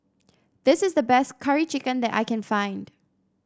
this is the best Curry Chicken that I can find